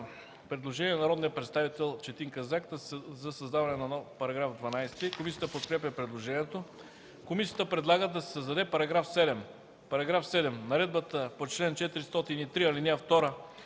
Предложение на народния представител Четин Казак за създаване на нов § 12. Комисията подкрепя предложението. Комисията предлага да се създаде § 7: „§ 7. Наредбата по чл. 403, ал. 2